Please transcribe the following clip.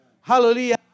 Hallelujah